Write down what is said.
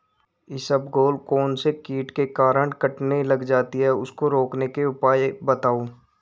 इसबगोल कौनसे कीट के कारण कटने लग जाती है उसको रोकने के उपाय बताओ?